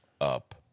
up